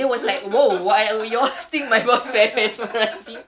then it was like !whoa! wh~ you all think that my voice very mesmerizing